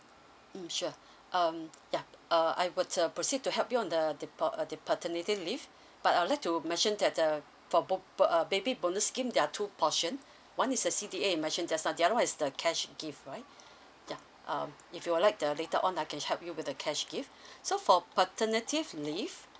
mm sure um yeah uh I would uh proceed to help you on the the pa~ the paternity leave but I'd like to mention that uh for ba~ uh baby bonus scheme there are two portion one is the C_D_A just now the other one is the cash gift right yeah um if you would like the later on I can help you with the cash gift so for paternity leave